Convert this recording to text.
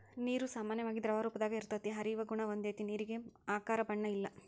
ನೇರು ಸಾಮಾನ್ಯವಾಗಿ ದ್ರವರೂಪದಾಗ ಇರತತಿ, ಹರಿಯುವ ಗುಣಾ ಹೊಂದೆತಿ ನೇರಿಗೆ ಆಕಾರ ಬಣ್ಣ ಇಲ್ಲಾ